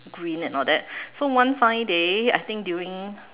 green and all that so one fine day I think during